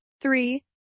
three